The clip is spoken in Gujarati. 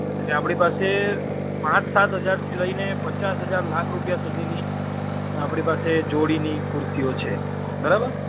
એટલે આપણી પાસે પાંચ સાત હજારથી લઈને પચાસ હજાર લાખ રૂપિયા સુધીની આપણી પાસે એ જોડીની ખુરશીઓ છે બરાબર